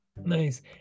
Nice